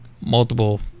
multiple